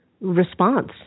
response